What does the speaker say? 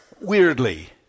Weirdly